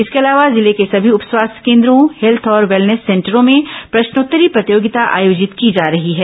इसके अलावा जिले के सभी उप स्वास्थ्य केन्द्रों हेल्थ और वेलनेस सेंटरों में प्रश्नोत्तरी प्रतियोगिता आयोजित की जा रही है